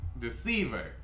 deceiver